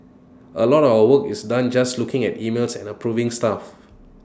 A lot of our work is done just looking at emails and approving stuff